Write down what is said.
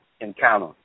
encounter